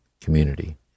community